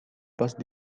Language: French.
passe